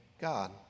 God